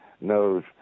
knows